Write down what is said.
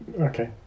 Okay